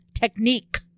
technique